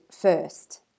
first